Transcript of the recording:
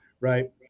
Right